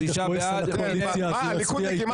6. מי